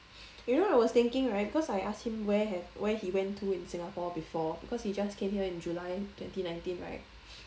you know I was thinking right cause I ask him where have where he went to in Singapore before because he just came here in july twenty nineteen right